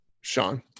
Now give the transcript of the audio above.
Sean